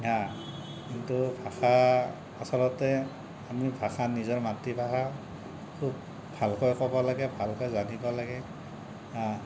কিন্তু ভাষা আচলতে আমি ভাষা নিজৰ মাতৃভাষা খুব ভালকৈ ক'ব লাগে ভালকৈ জানিব লাগে